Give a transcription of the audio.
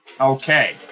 Okay